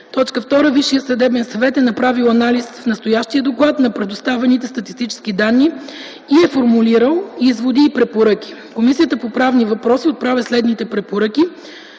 2. Висшият съдебен съвет е направил анализ в настоящия доклад на предоставените статистически данни и е формулирал изводи и препоръки. Комисията по правни въпроси отправя следните препоръки: